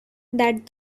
that